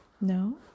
No